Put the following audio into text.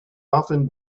often